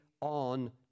on